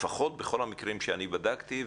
לפחות בכל המקרים שאני בדקתי.